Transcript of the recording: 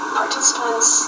participants